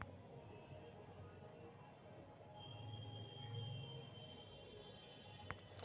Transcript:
कलम बान्हे लेल साओन भादो मास उपयुक्त रहै छै